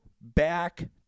back